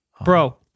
bro